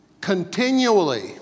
continually